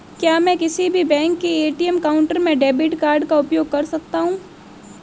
क्या मैं किसी भी बैंक के ए.टी.एम काउंटर में डेबिट कार्ड का उपयोग कर सकता हूं?